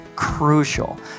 crucial